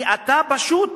כי אתה פשוט,